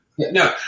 No